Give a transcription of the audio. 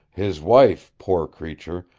his wife, poor creature,